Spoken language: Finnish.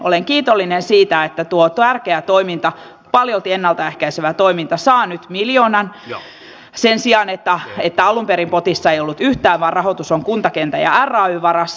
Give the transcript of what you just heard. olen kiitollinen siitä että tuo tärkeä paljolti ennalta ehkäisevä toiminta saa nyt miljoonan sen sijaan että alun perin potissa ei ollut yhtään vaan rahoitus oli kuntakentän ja rayn varassa